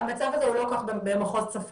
המצב הזה הוא לא כל כך במחוז צפון,